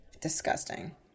Disgusting